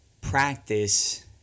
practice